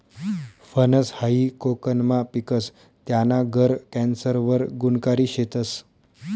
फनस हायी कोकनमा पिकस, त्याना गर कॅन्सर वर गुनकारी शेतस